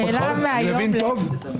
אני מבין טוב?